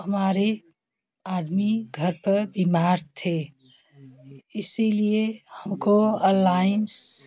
हमारे आदमी घर पर बीमार थे इसीलिए हमको अललाइन